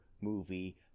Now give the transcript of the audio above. Movie